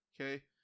okay